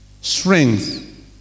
strength